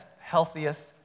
healthiest